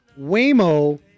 Waymo